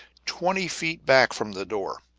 twenty feet back from the door.